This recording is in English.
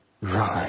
Right